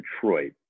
Detroit